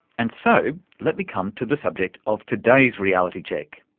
and so let me come to the subject of today's reality check,